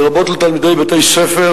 לרבות לתלמידי בתי-ספר,